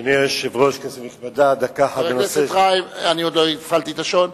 חבר הכנסת גנאים,